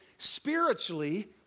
spiritually